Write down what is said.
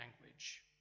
language